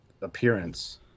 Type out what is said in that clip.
appearance